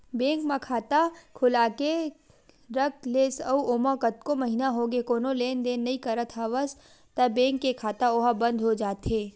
bank म खाता खोलाके के रख लेस अउ ओमा कतको महिना होगे कोनो लेन देन नइ करत हवस त बेंक के खाता ओहा बंद हो जाथे